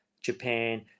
Japan